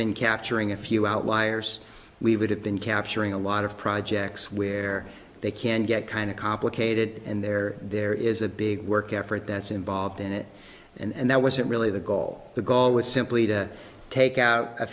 been capturing a few outliers we would have been capturing a lot of projects where they can get kind of complicated and there there is a big work effort that's involved in it and that wasn't really the goal the goal was simply to take out a